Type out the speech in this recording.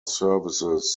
services